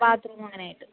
bathroom അങ്ങനെ ആയിട്ട്